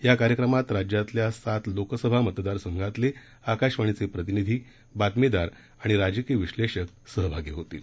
या कार्यक्रमात राज्यातल्या सात लोकसभा मतदार संघातले आकाशवाणीचे प्रतिनिधी बातमीदार आणि राजकीय विश्वेषक सहभागी होतील